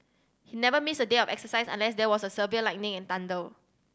he never missed a day of exercise unless there was a severe lightning and thunder